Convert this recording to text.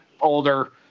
older